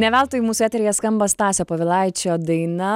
ne veltui mūsų eteryje skamba stasio povilaičio daina